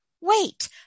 wait